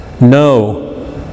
No